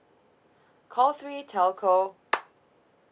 call three telco